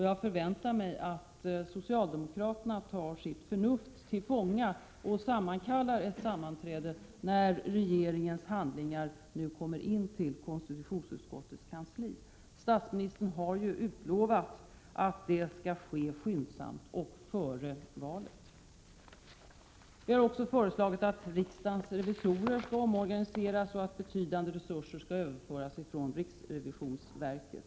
Jag förväntar mig att socialdemokraterna tar sitt förnuft till fånga och kallar till sammanträde, när regeringens handlingar kommer in till utskottets kansli. Statsministern har ju utlovat att det skall ske skyndsamt och före valet. Vi har också föreslagit att riksdagens revisorer skall omorganiseras och att betydande resurser skall överföras från riksrevisionsverket.